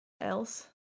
else